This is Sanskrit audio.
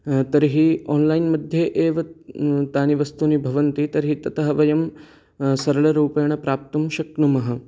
तर्हि आन्लैन् मध्ये एव तानि वस्तुनि भवन्ति तर्हि तथा वयं सरलरूपेण प्राप्तुं शक्नुमः